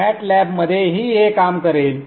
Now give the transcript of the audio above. mat लॅबमध्येही ते काम करेल